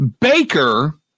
Baker